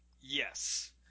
Yes